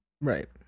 Right